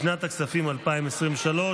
לשנת הכספים 2023,